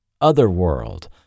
Otherworld